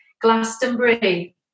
Glastonbury